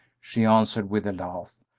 she answered, with a laugh.